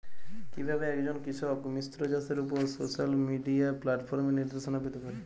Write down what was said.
কিভাবে একজন কৃষক মিশ্র চাষের উপর সোশ্যাল মিডিয়া প্ল্যাটফর্মে নির্দেশনা পেতে পারে?